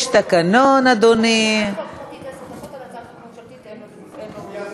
יש תקנון או אין תקנון?